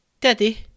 Daddy